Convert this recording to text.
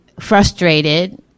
frustrated